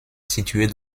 située